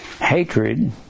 hatred